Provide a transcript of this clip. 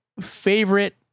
favorite